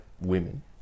women